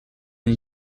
and